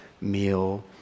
meal